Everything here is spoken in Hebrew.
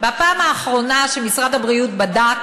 הפעם האחרונה שמשרד הבריאות בדק